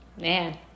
man